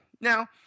Now